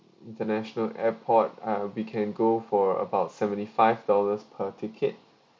international airport ah we can go for about seventy five dollars per ticket